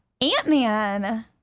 Ant-Man